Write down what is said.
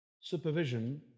supervision